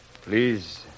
Please